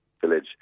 village